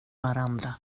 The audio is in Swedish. varandra